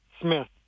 Smith